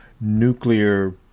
nuclear